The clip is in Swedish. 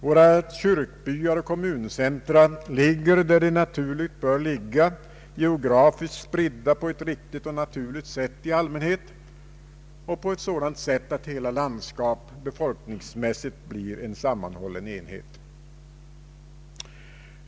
Våra kyrkbyar och kommuncentra ligger där de naturligt bör ligsa, geografiskt spridda på ett riktigt och naturligt sätt i allmänhet, och på ett sådant sätt att hela landskap befolkningsmässigt blir en sammanhållen enhet.